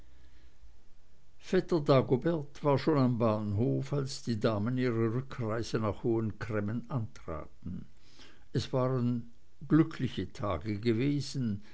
dagobert war am bahnhof als die damen ihre rückreise nach hohen cremmen antraten es waren glückliche tage gewesen